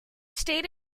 stayed